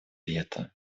вето